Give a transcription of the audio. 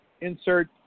Insert